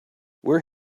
where